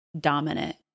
dominant